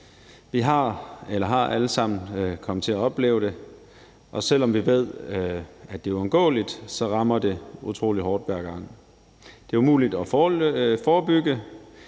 eller vil komme til at oplevet det, og selv om vi ved, at det er uundgåeligt, så rammer det utrolig hårdt hver gang. Det er umuligt at forebygge,